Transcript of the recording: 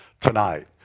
tonight